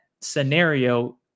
scenario